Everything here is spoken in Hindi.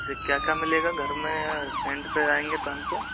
वैसे क्या क्या मिलेगा घर में फ्रेंट पे आएंगे तो हमको